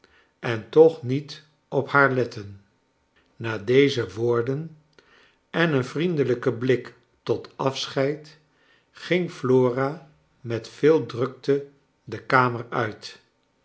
en toch niet op haar letten na deze woorden en een vriendelijken blik tot afscheid ging flora met veel drukte de kamer uit